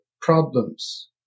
problems